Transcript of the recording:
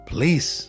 Please